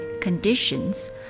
conditions